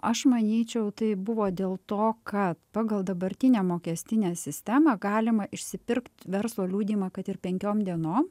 aš manyčiau tai buvo dėl to kad pagal dabartinę mokestinę sistemą galima išsipirkt verslo liudijimą kad ir penkiom dienom